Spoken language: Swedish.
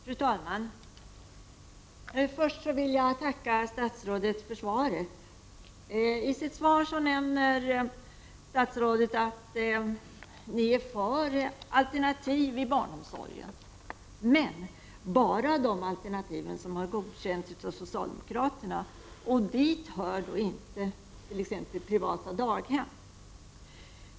Fru talman! Först vill jag tacka statsrådet för svaret. Statsrådet nämner i svaret att han är för alternativ i barnomsorgen, men bara de alternativ som har godkänts av socialdemokraterna. Dit hör då t.ex. inte privata daghem.